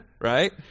Right